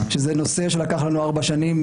זה נושא שלקח לנו ארבע שנים